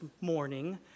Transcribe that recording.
morning